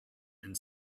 and